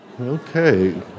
Okay